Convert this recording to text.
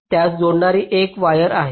त्यास जोडणारी एक वायर आहे